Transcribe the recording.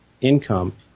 income